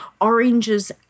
oranges